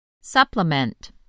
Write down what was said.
Supplement